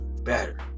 better